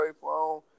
phone